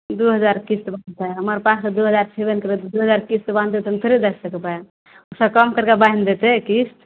दू हजार किस्त बान्हतय हमर पास तऽ दू हजार छेबे नहि करय तऽ दू हजार किस्त बान्हते तऽ हम थोड़े दए सकबय ओइसँ कम करिकऽ बान्हि देतय किस्त